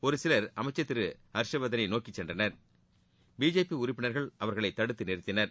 ஒரு சிலர் அமைச்சர் திரு ஹர்ஷ்வர்தனை நோக்கி சென்றனர் பிஜேபி உறுப்பினர்கள் அவர்களை தடுத்து நிறுத்தினர்